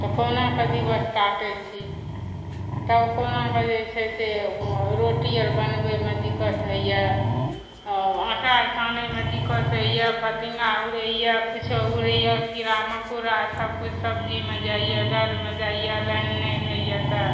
तऽ कहुनाकऽ दिवस काटैत छी तब कहुनाकऽ जे छै से रोटी आर बनबयमे दिक्कत होइए आटा आर सानयमे दिक्कत होइए फतिंगा उड़यए किछो उड़यए कीड़ा मकोड़ासभ कुछ सब्जीमे जाइए दालिमे जाइए लाइन नहि रहयए तऽ